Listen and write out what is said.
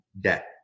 debt